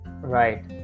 right